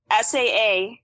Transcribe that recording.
SAA